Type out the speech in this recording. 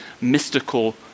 mystical